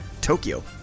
Tokyo